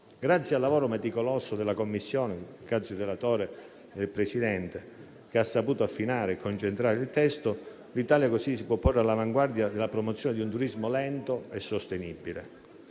Grazie al lavoro meticoloso della Commissione - per il quale ringrazio il relatore e il Presidente - che ha saputo affinare e concentrare il testo, l'Italia si può così porre all'avanguardia nella promozione di un turismo lento e sostenibile.